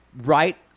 right